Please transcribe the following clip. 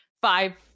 five